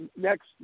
next